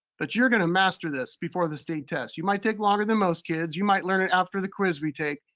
but you're gonna master this before the state test. you might take longer than most kids, you might learn it after the quiz we take,